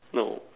no